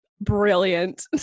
Brilliant